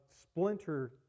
splinter